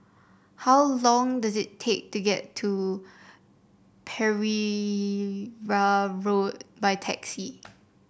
how long does it take to get to Pereira Road by taxi